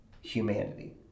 humanity